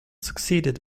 succeeded